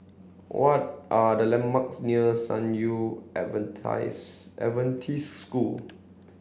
what are the landmarks near San Yu Adventist School